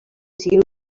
siguin